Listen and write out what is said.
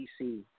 DC